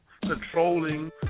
controlling